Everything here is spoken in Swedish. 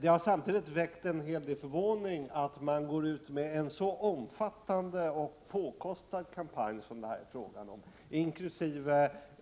Det har samtidigt väckt en hel del förvåning att man går ut med en så omfattande och påkostad kampanj som det här är fråga om, inkl.